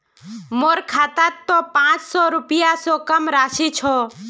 मोर खातात त पांच सौ रुपए स कम राशि छ